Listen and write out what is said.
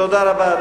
תודה רבה,